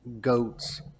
goats